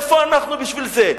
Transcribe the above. איפה אנחנו בשביל זה?